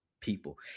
people